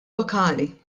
lokali